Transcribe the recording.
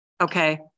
Okay